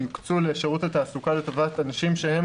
יוקצו לשירות התעסוקה לטובת אנשים שהם